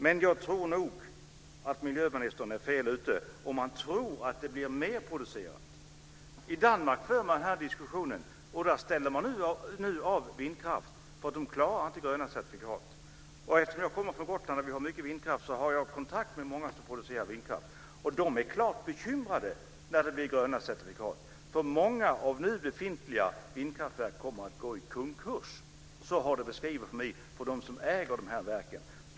Men jag tror att miljöministern är fel ute om hon tror att det blir mer el producerat. I Danmark förs nu diskussionen, och där ställs nu vindkraftverk av för att de inte klarar att få gröna certifikat. Jag kommer från Gotland, och där finns många vindkraftverk. Jag har kontakt med många som producerar vindkraft. De är klart bekymrade angående gröna certifikat. Många av nu befintliga vindkraftverk kommer att gå i konkurs. Så har det beskrivits för mig av dem som äger verken.